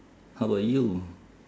how about you